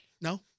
No